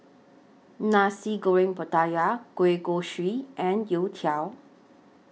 Nasi Goreng Pattaya Kueh Kosui and Youtiao